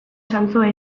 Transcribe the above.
zantzua